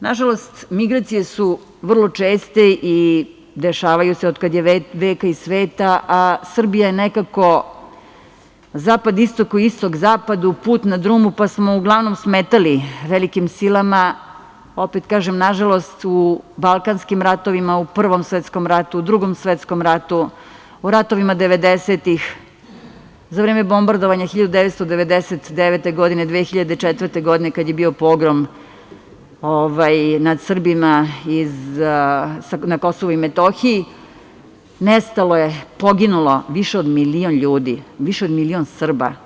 Nažalost, migracije su vrlo česte i dešavaju se od kad je sveta i veka, a Srbija je nekako zapad-istok, istok-zapadu, put na drumu, pa smo uglavnom smetali velikim silama, opet kažem, nažalost, u Balkanskim ratovima, u Prvom svetskom ratu, u Drugom svetskom ratu, u ratovima devedesetih, za vreme bombardovanja 1999. godine, 2004. godine kad je bio pogrom iz KiM, nestalo je, poginulo, više od milion ljudi, više od milion Srba.